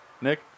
Nick